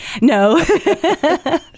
No